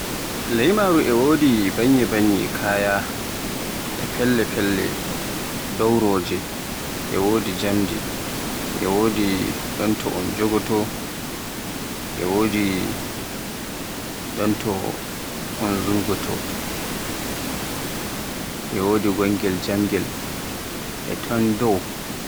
Laymaaru e wodi banye-banye e Kaya felle-felle dowroje, e wodi jamdi, e wodi ɗon to un jogooto, e jamdi ɗun zugoto, e wodi jamgel gongel e ton dow.